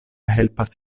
helpas